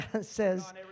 says